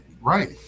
Right